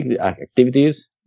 activities